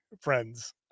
friends